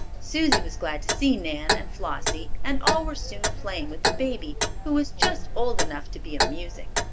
susie was glad to see nan and flossie, and all were soon playing with the baby, who was just old enough to be amusing.